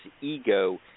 ego